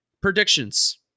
Predictions